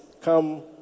come